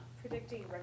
predicting